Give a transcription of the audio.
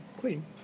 clean